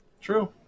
True